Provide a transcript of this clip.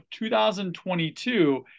2022